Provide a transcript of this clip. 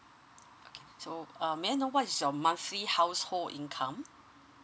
okay so um may I know what's your monthly household income